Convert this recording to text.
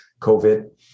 COVID